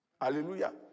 Hallelujah